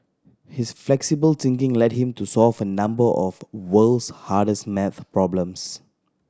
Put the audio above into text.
his flexible thinking led him to solve a number of world's hardest maths problems